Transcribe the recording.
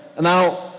Now